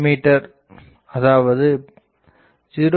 me அதாவது 0